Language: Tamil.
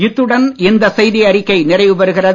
இத்துடன் இந்த செய்தியறிக்கை நிறைவுபெறுகிறது